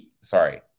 sorry